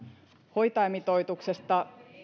hoitajamitoituksesta